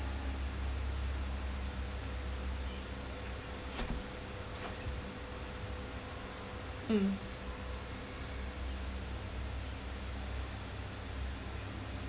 mm